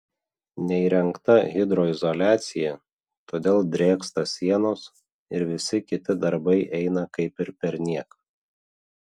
neįrengta hidroizoliacija todėl drėksta sienos ir visi kiti darbai eina kaip ir perniek